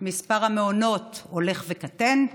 מספר המעונות הולך וקטן,